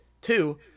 Two